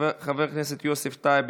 חבר הכנסת יוסף טייב,